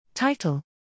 Title